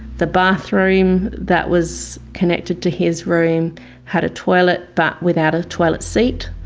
the bathroom that was connected to his room had a toilet but without a toilet seat.